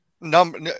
number